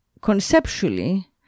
conceptually